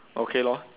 okay lor